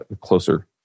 closer